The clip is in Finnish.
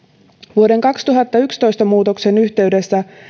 vuoden kaksituhattayksitoista muutoksen yhteydessä